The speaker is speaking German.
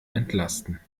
entlasten